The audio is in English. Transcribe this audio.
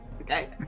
Okay